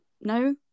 no